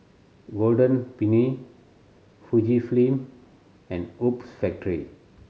Golden Peony Fujifilm and Hoops Factory